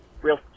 real